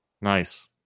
nice